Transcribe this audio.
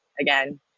again